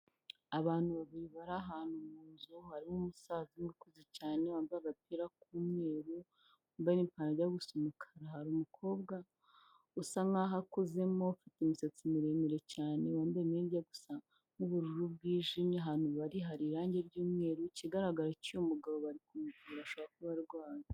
Abantu babiri bari ahantu mu nzu hari umusaza ukuze cyane wambaye agapira k'umweru, wambaye n'ipantaro ijya gusa umukara. Hari umukobwa usa nk'aho akuzemo ufite imisatsi miremire cyane, wambaye imyenda isa nk'ubururu bwijimye, ahantu bari hari irangi ry'mweru, ikigaragara cyo uyu mugabo bari kumuvura ashobora kuba arwaye.